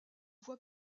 voie